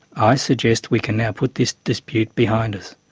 i suggest we can now put this dispute behind us,